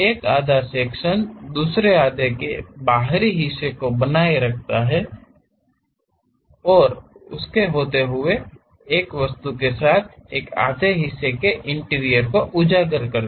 तो एक आधा सेक्शन दूसरे आधे के बाहरी हिस्से को बनाए रखते हुए एक वस्तु के एक आधे हिस्से के इंटीरियर को उजागर करता है